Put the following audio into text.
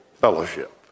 fellowship